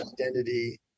identity